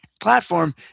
platform